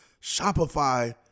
Shopify